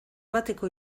bateko